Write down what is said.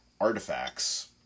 artifacts